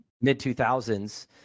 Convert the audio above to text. mid-2000s